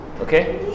okay